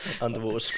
Underwater